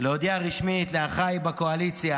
להודיע רשמית לאחיי בקואליציה